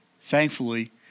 Thankfully